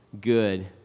good